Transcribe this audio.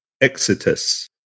Exodus